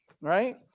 right